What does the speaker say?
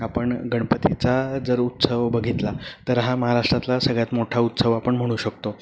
आपण गणपतीचा जर उत्सव बघितला तर हा महाराष्ट्रातला सगळ्यात मोठा उत्सव आपण म्हणू शकतो